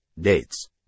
dates